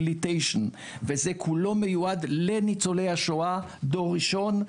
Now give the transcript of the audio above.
וזה כולו מיועד לניצולי השואה דור ראשון,